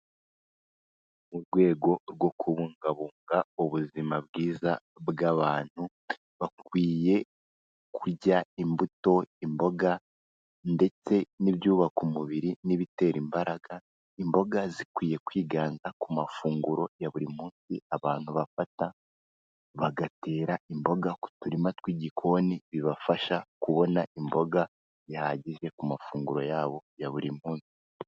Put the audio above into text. Mu rwego rwo kubungabunga ubuzima bwiza bw'abantu, bakwiye kurya imbuto, imboga, ndetse n'ibyubaka umubiri, n'ibitera imbaraga, imboga zikwiye kwiganza ku mafunguro ya buri munsi abantu bafata, bagatera imboga ku turima tw'igikoni, bibafasha kubona imboga zihagije ku mafunguro yabo ya buri munsi.